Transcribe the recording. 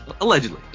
allegedly